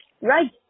Right